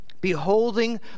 Beholding